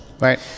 right